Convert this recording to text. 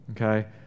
Okay